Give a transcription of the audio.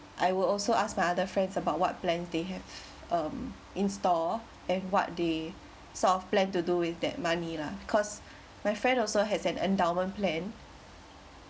I will also ask my other friends about what plan they have um in store and what they sort of plan to do with that money lah cause my friend also has an endowment plan